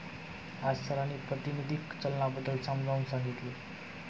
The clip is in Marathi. आज सरांनी प्रातिनिधिक चलनाबद्दल समजावून सांगितले